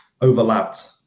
overlapped